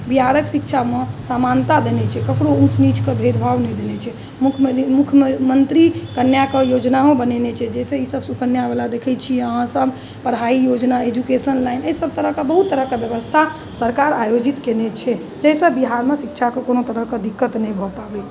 बिहारके शिक्षामे समानता देने छै ककरो उच्च नीचके भेद भाव नहि देने छै मुख्य मुख्यमन्त्री कन्याके योजनाओ बनेने छै जाहिसँ सब सुकन्यावला देखे छी अहाँसब पढ़ाइ योजना एजुकेशन लाइन एहिसब तरहके बहुत तरहके बेबस्था सरकार आयोजित केने छै जाहिसँ बिहारमे शिक्षाके कोनो तरहके दिक्कत नहि भऽ पाबै